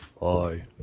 bye